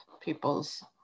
people's